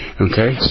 Okay